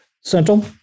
Central